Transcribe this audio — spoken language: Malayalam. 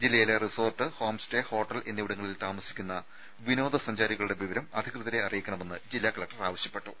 ജില്ലയിലെ റിസോർട്ട് ഹോംസ്റ്റേ ഹോട്ടൽ എന്നിവിടങ്ങളിൽ താമ സിക്കുന്ന വിനോദസഞ്ചാരികളുടെ വിവരം അധികൃതരെ അറിയിക്കണമെന്ന് ജില്ലാ കലക്ടർ ആവശ്യപ്പെട്ടു